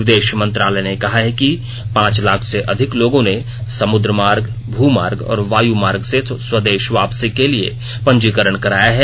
विदेश मंत्रालय ने कहा है कि ्पांच लाख से अधिक लोगों ने समुद्र मार्ग भू मार्ग और वायु मार्ग से स्वदेश वापसी के लिए पंजीकरण कराया है